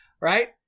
Right